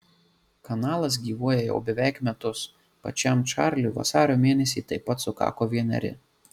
kanalas gyvuoja jau beveik metus pačiam čarliui vasario mėnesį taip pat sukako vieneri